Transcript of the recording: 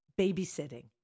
babysitting